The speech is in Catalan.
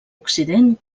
occident